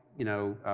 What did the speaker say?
you know,